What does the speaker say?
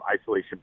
isolation